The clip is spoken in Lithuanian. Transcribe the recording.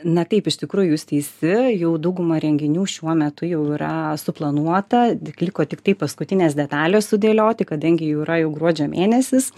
na taip iš tikrųjų jūs teisi jau dauguma renginių šiuo metu jau yra suplanuota tik liko tiktai paskutines detales sudėlioti kadangi jau yra jau gruodžio mėnesis